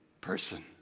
person